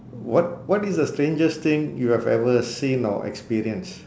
what what is the strangest thing you have ever seen or experience